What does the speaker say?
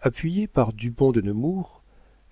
appuyé par dupont de nemours